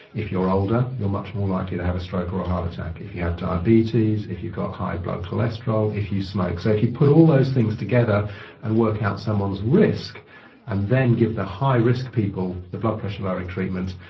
if you're older you are much more likely to have a stroke or a heart attack, if you have diabetes, if you've got high blood cholesterol, if you smoke. so if you put all those things together and work out someone's risk and then give the high risk people the blood pressure lowering treatments,